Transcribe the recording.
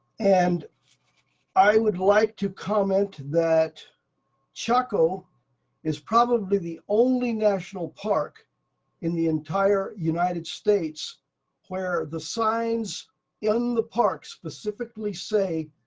and i would like to comment that chaco is probably the only national park in the entire united states where the signs in the park specifically say,